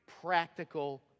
practical